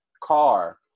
car